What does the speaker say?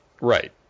right